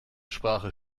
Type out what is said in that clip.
sprache